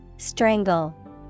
Strangle